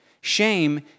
Shame